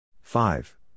Five